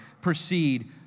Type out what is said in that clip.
proceed